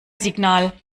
signal